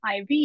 IV